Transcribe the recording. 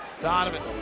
Donovan